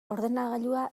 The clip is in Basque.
ordenagailua